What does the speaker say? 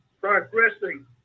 progressing